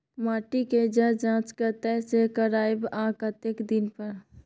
माटी के ज जॉंच कतय से करायब आ कतेक दिन पर?